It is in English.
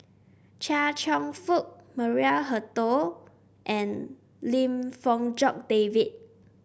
Chia Cheong Fook Maria Hertogh and Lim Fong Jock David